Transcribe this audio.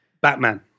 batman